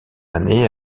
année